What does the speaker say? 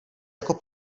jako